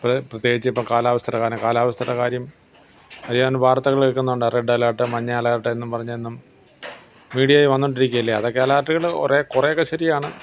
ഇപ്പോൾ പ്രത്യേകിച്ച് ഇപ്പം കാലാവസ്ഥയുടെ കാനം കാലാവസ്ഥയുടെ കാര്യം അറിയാൻ വാർത്തകൾ കേൾക്കുന്നുണ്ട് റെഡ് അലേർട്ട് മഞ്ഞ അലേർട്ട് എന്നും പറഞ്ഞു എന്നും മീഡിയയിൽ വന്നു കൊണ്ടിരിക്കുകയല്ലേ അതൊക്കെ അലേർട്ടുകൾ കുറെ കുറേയൊക്കെ ശരിയാണ്